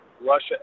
russia